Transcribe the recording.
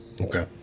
okay